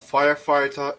firefighter